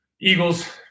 Eagles